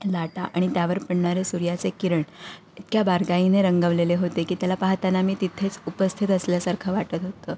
लाटा आणि त्यावर पडणारे सूर्याचे किरण इतक्या बारकाईने रंगवलेले होते की त्याला पाहताना मी तिथेच उपस्थित असल्यासारखं वाटत होतं